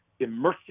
immersive